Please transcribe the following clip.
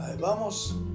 Vamos